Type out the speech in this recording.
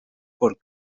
por